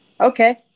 Okay